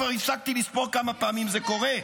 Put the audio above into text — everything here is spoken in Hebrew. כבר הפסקתי לספור כמה פעמים זה קורה,